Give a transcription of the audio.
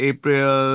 April